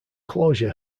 closure